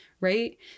right